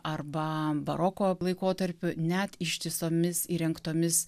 arba baroko laikotarpiu net ištisomis įrengtomis